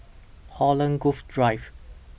Holland Grove Drive